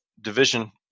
division